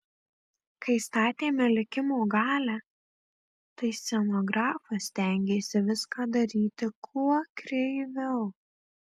kai statėme likimo galią tai scenografas stengėsi viską daryti kuo kreiviau